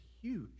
huge